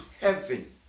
heaven